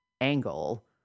angle